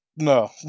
no